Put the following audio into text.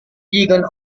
egan